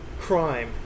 crime